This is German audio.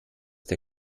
der